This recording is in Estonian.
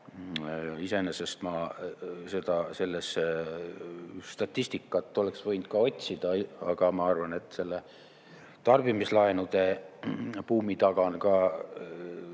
Iseenesest ma seda statistikat oleks võinud ka otsida, aga ma arvan, et selle tarbimislaenude buumi taga on ka